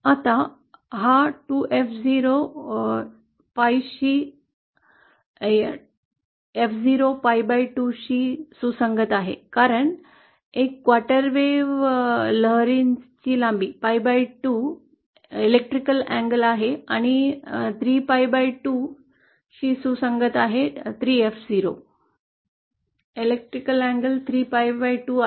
आता हा 2 F0 लांबी pi एफ ० pi2 शी सुसंगत आहे कारण एक चतुर्थांश लहरींची लांबी pi2 विद्युत लांबीची आहे आणि हे 3 pi2 शी सुसंगत आहे